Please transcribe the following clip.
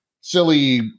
silly